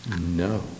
no